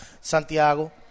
Santiago